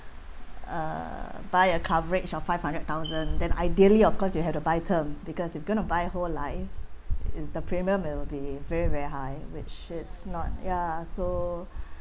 uh buy a coverage of five hundred thousand then ideally of course you have to buy term because you are going to buy for life it the premium will be very very high which is not yeah so